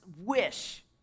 wish